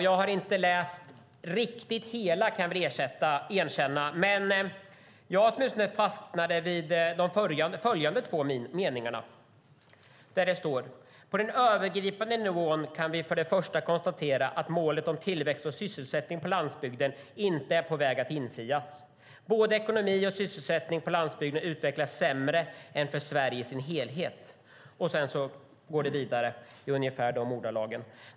Jag har inte läst riktigt hela, kan jag väl erkänna, men jag fastnade vid de följande två meningarna: "På den övergripande nivån kan vi för det första konstatera att målen om tillväxt och sysselsättning på landsbygden inte är på väg att infrias. Både ekonomin och sysselsättningen på landsbygden utvecklas sämre än för Sverige i sin helhet." Sedan går det vidare i ungefär de ordalagen.